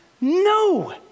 No